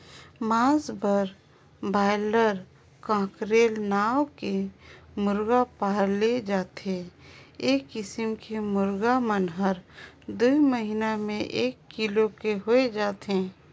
मांस बर broiler, cockerel नांव के मुरगा पाले जाथे ए किसम के मुरगा मन हर दूई महिना में एक किलो के होय जाथे